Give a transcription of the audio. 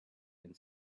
and